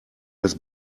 das